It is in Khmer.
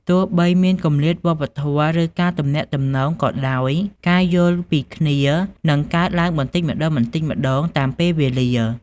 ទោះបីមានគម្លាតវប្បធម៌ ឬការទំនាក់ទំនងក៏ដោយ ការយល់ពីគ្នានឹងកើតឡើងបន្តិចម្ដងៗតាមពេលវេលា។